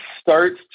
starts